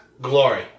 Glory